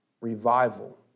revival